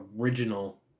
original